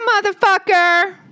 motherfucker